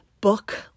book